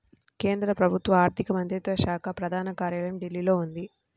కేంద్ర ప్రభుత్వ ఆర్ధిక మంత్రిత్వ శాఖ ప్రధాన కార్యాలయం ఢిల్లీలో ఉంది